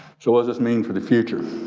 so what does this mean for the future?